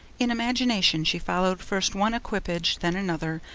in imagination she followed first one equipage, then another,